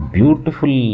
Beautiful